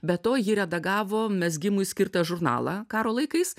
be to ji redagavo mezgimui skirtą žurnalą karo laikais